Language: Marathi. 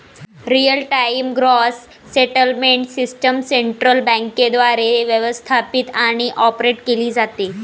real time gross settlement system central बँकेद्वारे व्यवस्थापित आणि ऑपरेट केली जाते